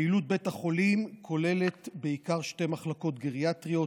פעילות בית החולים כוללת בעיקר שתי מחלקות גריאטריות,